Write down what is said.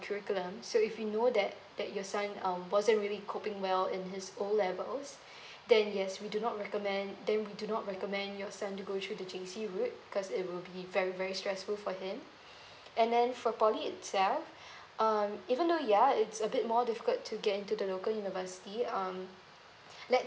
curriculum so if you know that that your son um wasn't really coping well in his O levels then yes we do not recommend then we do not recommend your son to go through the J_C route because it will be very very stressful for him and then for poly itself um even though ya it's a bit more difficult to get into the local university um let